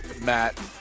Matt